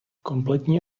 kompletní